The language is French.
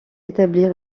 établir